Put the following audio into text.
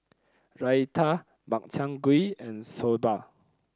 raita Makchang Gui and Soba